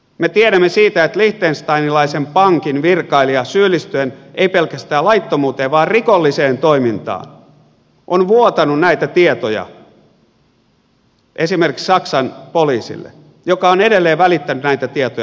me tiedämme siitä että liechtensteinilaisen pankin virkailija syyllistyen ei pelkästään laittomuuteen vaan rikolliseen toimintaan on vuotanut näitä tietoja esimerkiksi saksan poliisille joka on edelleen välittänyt näitä tietoja suomeen